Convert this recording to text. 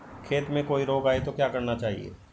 खेत में कोई रोग आये तो क्या करना चाहिए?